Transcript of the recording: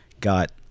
got